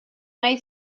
nahi